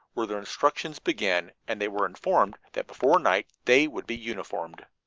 where their instructions began, and they were informed that before night they would be uniformed.